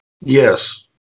Yes